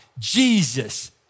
Jesus